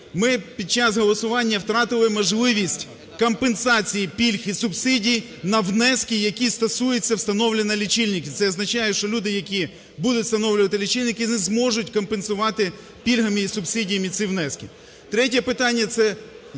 Ми під час голосування втратили можливість компенсацій, пільг і субсидій на внески, які стосуються встановлення лічильників. Це означає, що люди, які будуть встановлювати лічильники, не зможуть компенсувати пільгами і субсидіями ці внески. Третє питання – це